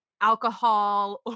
alcohol